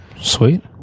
sweet